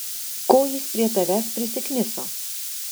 ko jis prie tavęs prisikniso